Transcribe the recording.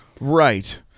Right